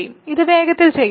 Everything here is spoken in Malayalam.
ഇത് വേഗത്തിൽ ചെയ്യട്ടെ